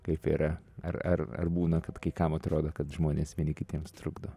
kaip yra ar ar ar būna kad kai kam atrodo kad žmonės vieni kitiems trukdo